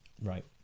Right